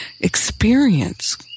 experience